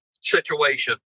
situation